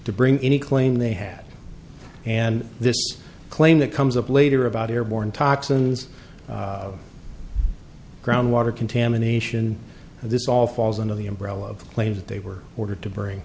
to bring any claim they had and this claim that comes up later about airborne toxins groundwater contamination this all falls under the umbrella of the claim that they were ordered to bring